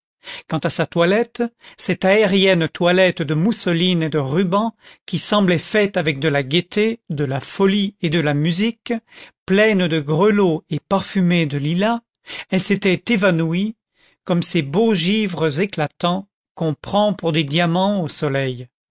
quant à sa toilette cette aérienne toilette de mousseline et de rubans qui semblait faite avec de la gaîté de la folie et de la musique pleine de grelots et parfumée de lilas elle s'était évanouie comme ces beaux givres éclatants qu'on prend pour des diamants au soleil